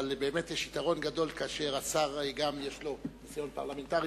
אבל יש יתרון גדול כשלשר יש גם ניסיון פרלמנטרי,